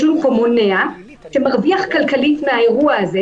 יש לנו פה מונע שמרוויח כלכלית מהאירוע הזה,